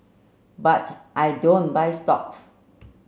but I don't buy stocks